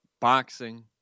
Boxing